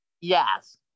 yes